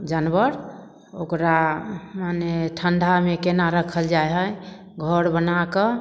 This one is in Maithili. जानवर ओकरा मने ठण्डामे केना रखल जाइ हइ घर बनाकऽ